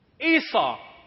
Esau